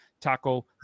Taco